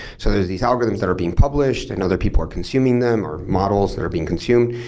so there's these algorithms that are being published and other people are consuming them, or models that are being consumed,